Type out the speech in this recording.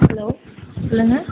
hello சொல்லுங்க